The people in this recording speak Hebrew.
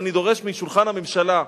ואני דורש משולחן הממשלה,